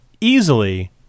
easily